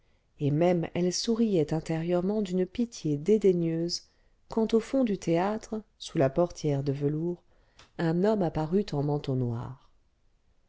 et même elle souriait intérieurement d'une pitié dédaigneuse quand au fond du théâtre sous la portière de velours un homme apparut en manteau noir